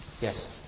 Yes